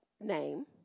name